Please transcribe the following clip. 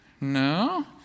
No